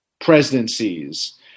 presidencies